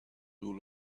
rule